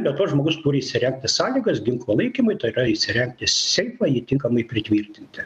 be to žmogus turi įsirengti sąlygas ginklo laikymui tai yra įsirengti seifą jį tinkamai pritvirtinti